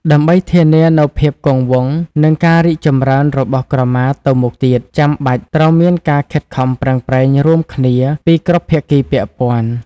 ដើម្បីធានានូវភាពគង់វង្ស និងការរីកចម្រើនរបស់ក្រមាទៅមុខទៀត ចាំបាច់ត្រូវមានការខិតខំប្រឹងប្រែងរួមគ្នាពីគ្រប់ភាគីពាក់ព័ន្ធ។